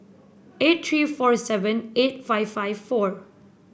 eight three four seven eight five five four